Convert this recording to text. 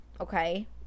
okay